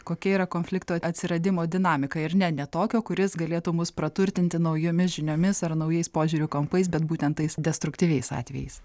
kokia yra konflikto atsiradimo dinamika ir ne ne tokio kuris galėtų mus praturtinti naujomis žiniomis ar naujais požiūrių kampais bet būtent tais destruktyviais atvejais